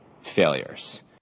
failures